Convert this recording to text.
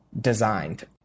designed